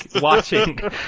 watching